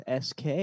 SK